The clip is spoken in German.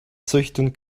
züchten